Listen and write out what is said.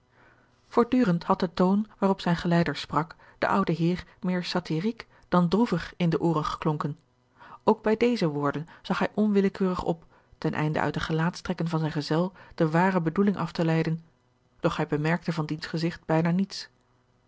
voortdurend had de toon waarop zijn geleider sprak den ouden heer meer satiriek dan droevig in de ooren geklonken ook bij deze woorden zag hij onwillekeurig op ten einde uit de gelaatstrekken van zijn gezel de ware bedoeling af te leiden doch hij bemerkte van diens gezigt bijna niets